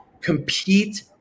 compete